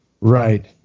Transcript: Right